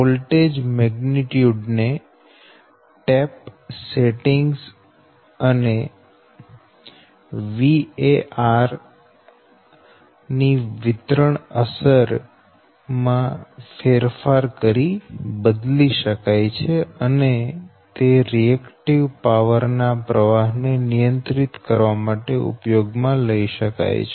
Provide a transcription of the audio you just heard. voltage magnitude ને tap settings અને VARs ની વિતરણ અસર માં ફેરફાર કરી બદલી શકાય છે અને તે રિએક્ટિવ પાવર ના પ્રવાહ ને નિયંત્રિત કરવા માટે ઉપયોગ માં લઈ શકાય છે